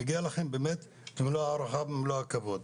מגיעים לכם באמת מלוא ההערכה ומלוא הכבוד.